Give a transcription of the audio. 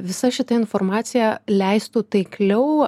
visa šita informacija leistų taikliau